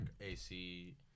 AC